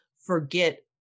forget